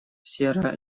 сьерра